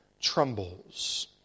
trembles